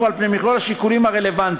על פני מכלול השיקולים הרלוונטיים.